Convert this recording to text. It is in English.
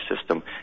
system